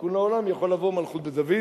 מתיקון לעולם יכולה לבוא מלכות בית דוד,